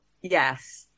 Yes